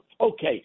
okay